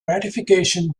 ratification